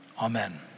amen